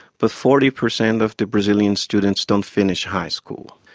but forty percent of the brazilian students don't finish high school.